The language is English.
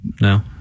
no